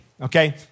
okay